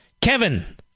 Kevin